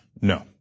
No